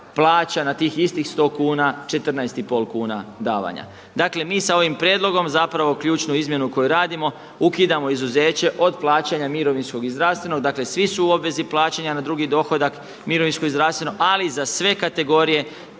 na tih istih 100 kuna 14 i pol kuna davanja. Dakle, mi sa ovim prijedlogom zapravo ključnu izmjenu koju radimo ukidamo izuzeće od plaćanja mirovinskog i zdravstvenog. Dakle, svi su u obvezi plaćanja na drugi dohodak mirovinsko i zdravstveno, ali za sve kategorije